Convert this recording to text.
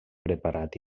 preparat